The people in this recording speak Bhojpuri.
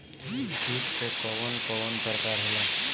कीट के कवन कवन प्रकार होला?